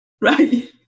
right